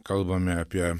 kalbame apie